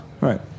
right